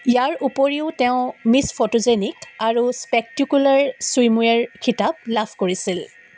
ইয়াৰ উপৰিও তেওঁ Miss photogenic আৰু স্পেকটেকুলাৰ ছুইমুৱেৰ খিতাপ লাভ কৰিছিল